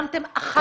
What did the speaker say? קיימתם 11 דיונים.